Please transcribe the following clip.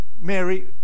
Mary